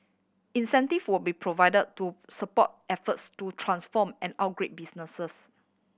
incentive will be provide to support efforts to transform and upgrade businesses